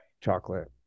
chocolate